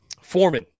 Foreman